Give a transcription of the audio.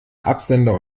absender